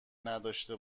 نداشته